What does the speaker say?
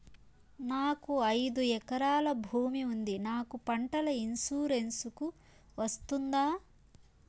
నాకు ఐదు ఎకరాల భూమి ఉంది నాకు పంటల ఇన్సూరెన్సుకు వస్తుందా?